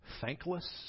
thankless